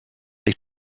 they